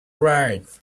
right